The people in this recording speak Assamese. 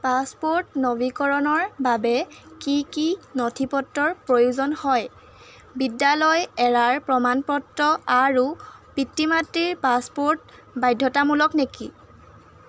পাছপ'ৰ্ট নৱীকৰণৰ বাবে কি কি নথিপত্ৰৰ প্ৰয়োজন হয় বিদ্যালয় এৰাৰ প্ৰমাণ পত্ৰ আৰু পিতৃ মাতৃৰ পাছপ'ৰ্ট বাধ্যতামূলক নেকি